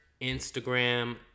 Instagram